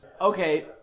Okay